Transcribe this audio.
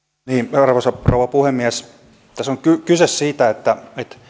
arvoisa rouva puhemies tässä on kyse siitä että